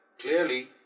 Clearly